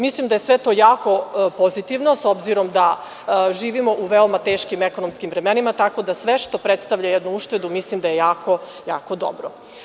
Mislim da je sve to jako pozitivno, s obzirom da živimo u veoma teškim ekonomskim vremenima, tako da sve što predstavlja jednu uštedu mislim da je jako dobro.